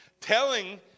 telling